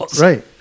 Right